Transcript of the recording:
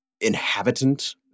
inhabitant